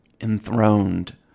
enthroned